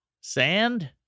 Sand